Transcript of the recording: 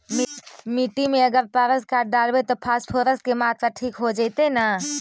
मिट्टी में अगर पारस खाद डालबै त फास्फोरस के माऋआ ठिक हो जितै न?